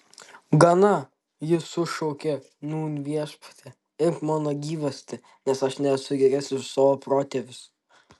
gana jis šaukė nūn viešpatie imk mano gyvastį nes aš nesu geresnis už savo protėvius